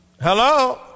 Hello